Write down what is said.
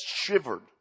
shivered